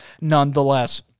nonetheless